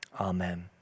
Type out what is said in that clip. amen